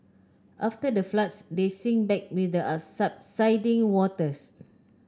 after the floods they sink back with the subsiding waters